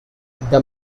this